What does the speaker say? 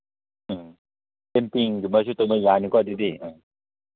ꯎꯝ ꯀꯦꯝꯄꯤꯡꯒꯨꯝꯕꯁꯨ ꯇꯧꯕ ꯌꯥꯅꯤꯀꯣ ꯑꯗꯨꯗꯤ ꯍꯣꯏ